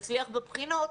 ולהצליח בבחינות,